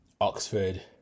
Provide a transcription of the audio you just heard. oxford